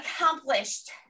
accomplished